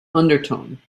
undertone